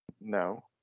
No